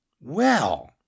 Well